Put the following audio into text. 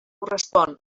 correspon